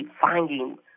finding